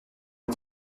est